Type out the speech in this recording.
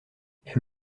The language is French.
elle